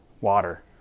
water